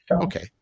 Okay